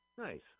Nice